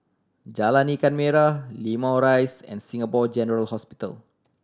Jalan Ikan Merah Limau Rise and Singapore General Hospital